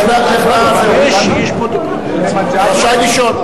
רשאי לשאול.